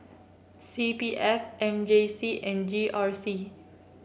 C P F M J C and G R C